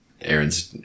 Aaron's